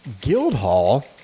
Guildhall